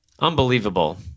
unbelievable